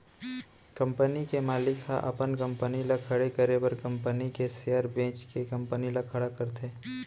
company के मालिक ह अपन कंपनी ल खड़े करे बर कंपनी के सेयर बेंच के कंपनी ल खड़ा करथे